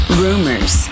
rumors